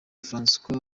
francois